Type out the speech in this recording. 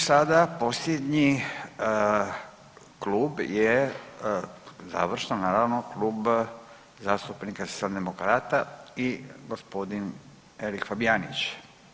I sada posljednji klub je završno naravno Klub zastupnika Socijaldemokrata i gospodin Erik Fabijanić.